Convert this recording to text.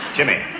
Jimmy